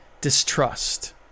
distrust